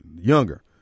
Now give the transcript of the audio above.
younger